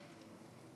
שלוש דקות לרשותך.